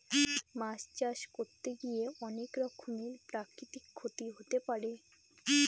মাছ চাষ করতে গিয়ে অনেক রকমের প্রাকৃতিক ক্ষতি হতে পারে